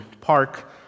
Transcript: park